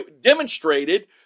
demonstrated